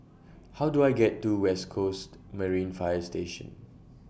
How Do I get to West Coast Marine Fire Station